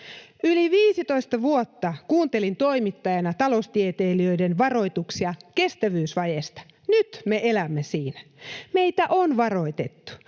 Yli 15 vuotta kuuntelin toimittajana taloustieteilijöiden varoituksia kestävyysvajeesta. Nyt me elämme siinä. Meitä on varoitettu.